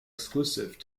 exclusive